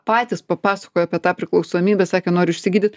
patys papasakojo apie tą priklausomybę sakė noriu išsigydyt